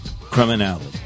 criminality